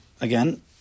again